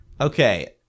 Okay